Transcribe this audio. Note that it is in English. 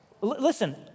Listen